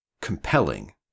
compelling